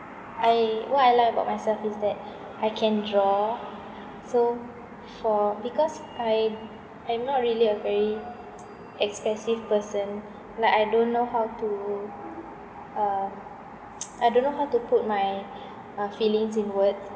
I what I like about myself is that I can draw so for because I I'm not really a very expressive person like I don't know how to uh I don't know how to put my uh feelings in words